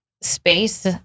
space